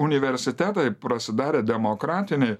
universitetai prasidarė demokratiniai